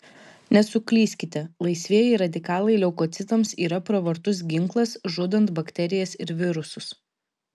nesuklyskite laisvieji radikalai leukocitams yra pravartus ginklas žudant bakterijas ir virusus